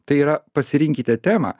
tai yra pasirinkite temą